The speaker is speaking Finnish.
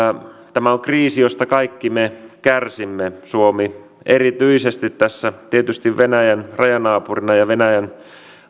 tämä on kriisi josta kaikki me kärsimme suomi erityisesti tässä tietysti venäjän rajanaapurina ja venäjän